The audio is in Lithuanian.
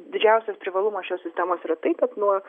didžiausias privalumas šios sistemos yra tai kad nuo